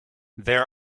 there